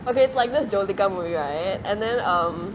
okay it's like this jyothika movie right and then um